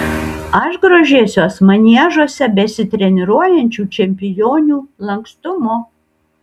aš grožėsiuos maniežuose besitreniruojančių čempionių lankstumu